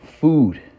food